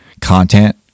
content